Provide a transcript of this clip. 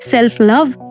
Self-love